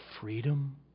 freedom